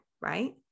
Right